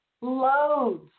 loads